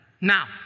Now